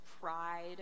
pride